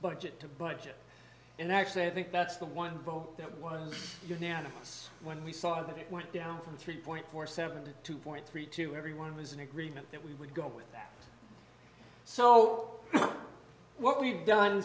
budget to budget and actually i think that's the one vote that was unanimous when we saw that it went down from three point four seven to two point three two everyone was in agreement that we would go with that so what we've done